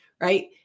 right